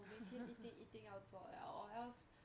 我明天一定一定要做 liao 我还要